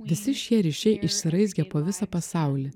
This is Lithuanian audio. visi šie ryšiai išsiraizgę po visą pasaulį